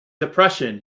depression